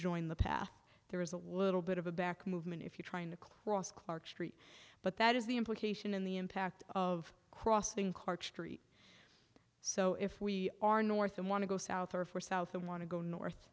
join the path there is a little bit of a back movement if you're trying to cross clark street but that is the implication in the impact of crossing card street so if we are north and want to go south or for south or want to go north